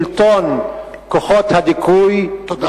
שלטון כוחות הדיכוי, תודה.